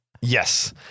yes